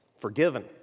forgiven